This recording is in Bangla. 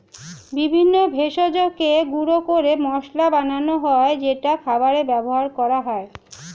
বিভিন্ন ভেষজকে গুঁড়ো করে মশলা বানানো হয় যেটা খাবারে ব্যবহার করা হয়